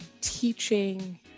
teaching